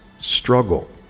struggle